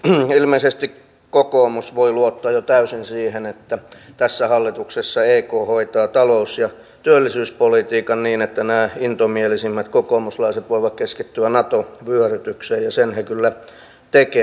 ilmeisesti kokoomus voi luottaa jo täysin siihen että tässä hallituksessa ek hoitaa talous ja työllisyyspolitiikan niin että nämä intomielisimmät kokoomuslaiset voivat keskittyä nato vyörytykseen ja sen he kyllä tekevät